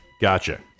Gotcha